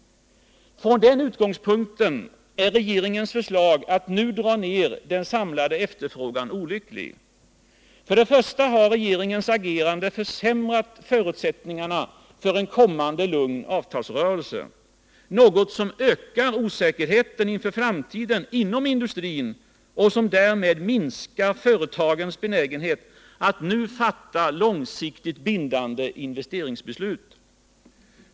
Från den utgångspunkten är regeringens förslag att nu dra ned den samlade efterfrågan olycklig. För det första har regeringens agerande försämrat förutsättningarna för en kommande lugn avtalsrörelse — något som ökar osäkerheten inför framtiden inom industrin och som därmed minskar företagens benägenhet att nu fatta långsiktigt bindande investeringsbeslut.